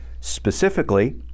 specifically